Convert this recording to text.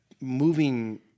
moving